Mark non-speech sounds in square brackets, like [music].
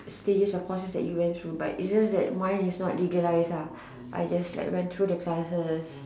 stages of courses that you went through but it's just that mine is not legalized ah I just [noise] like went through the classes